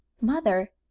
mother